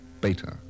Beta